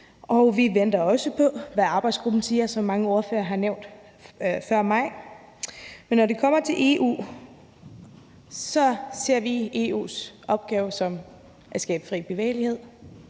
og vi venter også på, hvad arbejdsgruppen siger, ligesom mange ordførere før mig har nævnt. Men når det kommer til EU, ser vi EU's opgave som at sikre fri bevægelighed